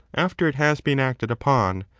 after it has been acted upon,